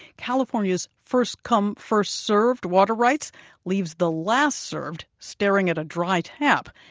california's first-come, first served water rights leaves the last-served staring at dry taps.